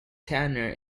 tanner